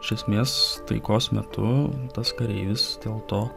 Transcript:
iš esmės taikos metu tas kareivis dėl to